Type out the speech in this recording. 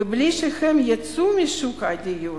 ובלי שהם ייצאו משוק הדיור,